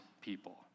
people